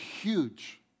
huge